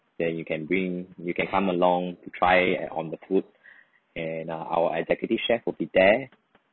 then you can bring you can come along to try eh on the food and uh our executive chef will be there